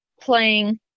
playing